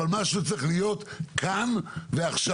אבל משהו צריך להיות כאן ועכשיו,